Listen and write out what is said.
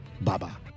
Baba